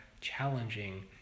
challenging